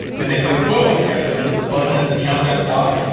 then they click boom, right this this button in this countdown clock,